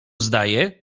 zdaje